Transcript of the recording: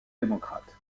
démocrate